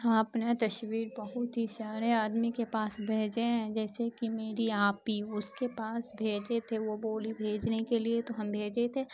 ہاں اپنا تصویر بہت ہی سارے آدمی کے پاس بھیجے ہیں جیسے کہ میری آپی اس کے پاس بھیجے تھے وہ بولی بھیجنے کے لیے تو ہم بھیجے تھے